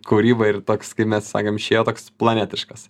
kūrybai ir toks kaip mes sakom išėjo toks planetiškas